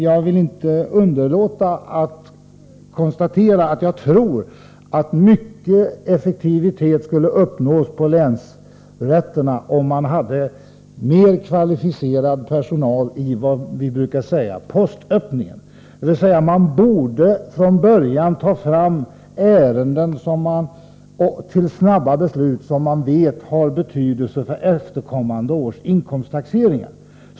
Jag kan inte underlåta att konstatera att jag tror att mycket effektivitet kan uppnås på länsrätterna, om man har mer kvalificerad personal i det som brukar kallas postöppningen. Man borde från början ta fram sådana ärenden till snabba beslut som man vet har betydelse för efterkommande års inkomsttaxeringar.